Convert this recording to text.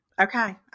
okay